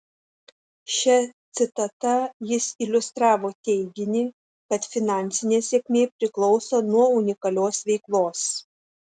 šia citata jis iliustravo teiginį kad finansinė sėkmė priklauso nuo unikalios veiklos